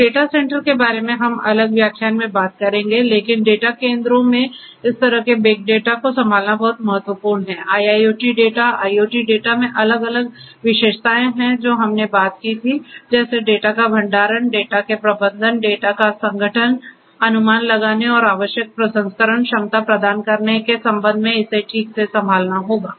तो data centre के बारे में हम अलग व्याख्यान में बात करेंगे लेकिन डेटा केंद्रों में इस तरह के बिग डेटा को संभालना बहुत महत्वपूर्ण है IIoT डेटा IoT डेटा में अलग अलग विशेषताएं हैं जो हमने बात की थीं जैसे डेटा के भंडारण डेटा के प्रबंधन डेटा के संगठन अनुमान लगाने और आवश्यक प्रसंस्करण क्षमता प्रदान करने के संबंध में इसे ठीक से संभालना होगा